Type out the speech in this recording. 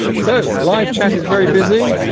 so live-chat is very busy